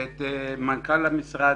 המנכ"ל והשר,